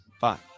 Five